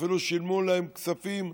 אפילו שילמו להם כספים,